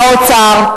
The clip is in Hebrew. האוצר,